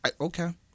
Okay